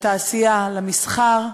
התעשייה, המסחר,